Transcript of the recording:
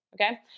okay